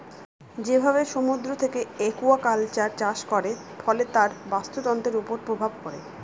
যেভাবে সমুদ্র থেকে একুয়াকালচার চাষ করে, ফলে তার বাস্তুতন্ত্রের উপর প্রভাব পড়ে